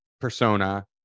persona